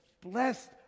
blessed